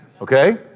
okay